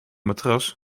matras